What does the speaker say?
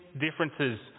differences